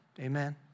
Amen